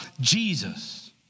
Jesus